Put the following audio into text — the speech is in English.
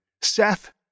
Seth